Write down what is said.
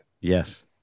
Yes